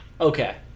Okay